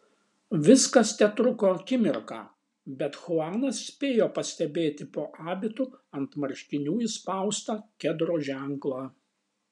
viskas tetruko akimirką bet chuanas spėjo pastebėti po abitu ant marškinių įspaustą kedro ženklą